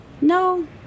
no